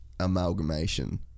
Amalgamation